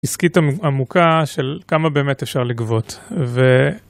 עסקית עמוקה של כמה באמת אפשר לגבות ו...